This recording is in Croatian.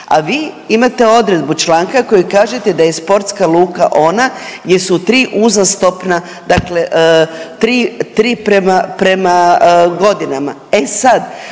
A vi imate odredbu članka koji kaže da je sportska luka ona gdje su tri uzastopna, dakle tri prema godina. E sad,